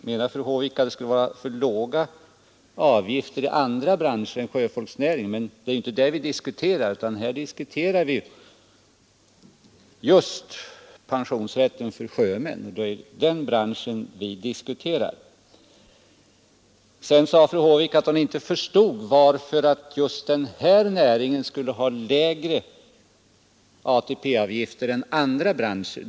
Menar fru Håvik att det skulle vara för låga avgifter i andra branscher än sjöfartsnäringen? Det är ju inte det vi här diskuterar. Här debatterar vi pensionsrätten för sjömän. Fru Håvik sade också att hon inte förstod varför just denna näring skulle ha lägre ATP-avgifter än andra branscher.